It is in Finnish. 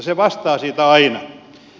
se vastaa siitä aina